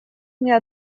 мне